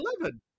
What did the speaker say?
eleven